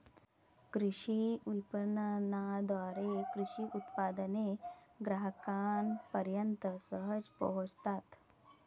कृषी विपणनाद्वारे कृषी उत्पादने ग्राहकांपर्यंत सहज पोहोचतात